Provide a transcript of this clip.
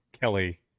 Kelly